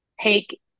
take